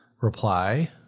reply